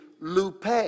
lupe